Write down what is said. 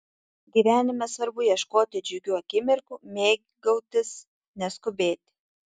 gyvenime svarbu ieškoti džiugių akimirkų mėgautis neskubėti